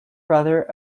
brother